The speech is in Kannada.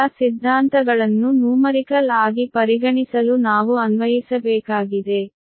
ಈ ಎಲ್ಲಾ ಸಿದ್ಧಾಂತಗಳನ್ನು ನೂಮರಿಕಲ್ ಆಗಿ ಪರಿಗಣಿಸಲು ನಾವು ಅನ್ವಯಿಸಬೇಕಾಗಿದೆ